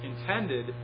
intended